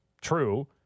true